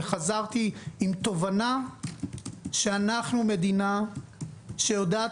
וחזרתי עם תובנה שאנחנו מדינה שיודעת